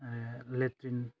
ओह लेट्रिन